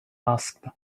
asked